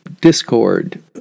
discord